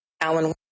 Alan